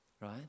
Right